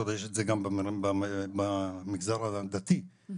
כי הרי יש את זה גם במגזר היהודי דתי,